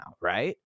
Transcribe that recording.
right